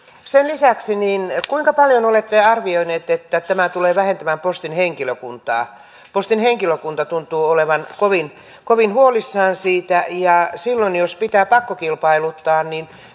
sen lisäksi kuinka paljon olette arvioineet että tämä tulee vähentämään postin henkilökuntaa postin henkilökunta tuntuu olevan kovin kovin huolissaan siitä ja silloin jos pitää pakkokilpailuttaa